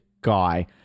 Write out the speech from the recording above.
guy